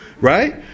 Right